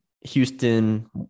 Houston